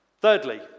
Thirdly